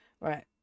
Right